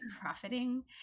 profiting